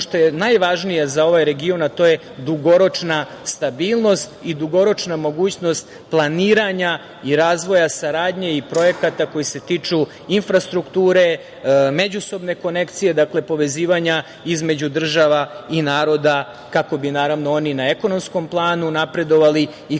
što je najvažnije za ovaj region, a to je dugoročna stabilnost i dugoročna mogućnost planiranja i razvoja saradnje i projekata koji se tiču infrastrukture, međusobne konekcije, povezivanja između država i naroda, kako bi oni na ekonomskom planu napredovali i